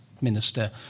Minister